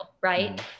right